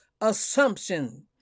assumption